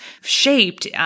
shaped